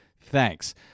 Thanks